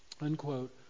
Unquote